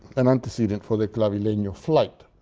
an antecedent for the clavileno flight,